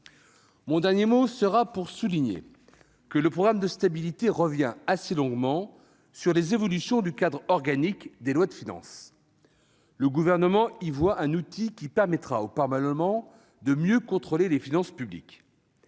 Mon dernier mot sera pour souligner que le programme de stabilité revient assez longuement sur les évolutions du cadre organique des lois de finances. Le Gouvernement y voit un outil qui permettra au Parlement de mieux contrôler les finances publiques.